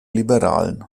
liberalen